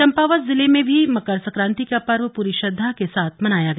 चंपावत जिले में भी मकर संक्रांति का पर्व पूरी श्रद्दा के साथ मनाया गया